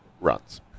runs